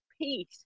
peace